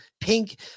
pink